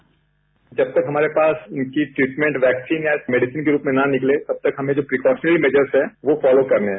bite जब तक हमारे पास उनकी ट्रीटमेंटवैक्सीन ऐज ए मेडिसीन के रूप में न निकले तब तक हमेंजो प्रीकॉशनरी मेजर्स है वो फॉलो करने हैं